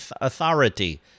authority